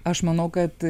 aš manau kad